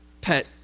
pet